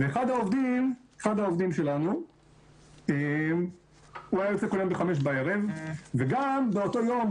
אחד העובדים שלנו הוא היה יוצא כל יום בחמש בערב וגם באותו יום,